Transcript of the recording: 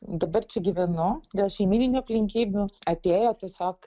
dabar čia gyvenu dėl šeimyninių aplinkybių atėjo tiesiog